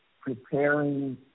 preparing